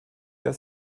der